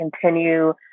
continue